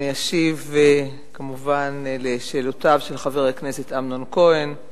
אני אשיב כמובן על שאלותיו של חבר הכנסת אמנון כהן,